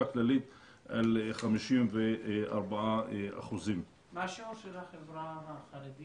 הכללית עמדה על 54%. מה השיעור של החברה החרדית?